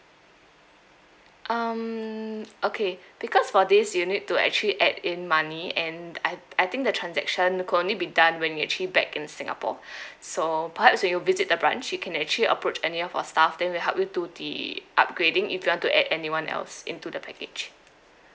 um okay because for this you need to actually add in money and I I think the transaction could only be done when you're actually back in singapore so perhaps you will visit the branch you can actually approach any of our staff then we'll help you do the upgrading if you want to add anyone else into the package